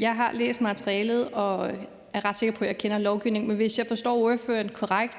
Jeg har læst materialet og er ret sikker på, at jeg kender lovgivningen. Men hvis jeg forstår ordføreren korrekt,